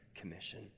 Commission